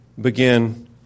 begin